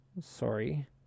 Sorry